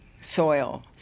soil